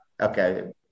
okay